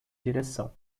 direção